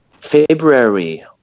February